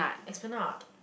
Esplanade